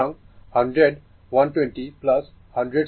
সুতরাং 100 120 100 sin ω t volt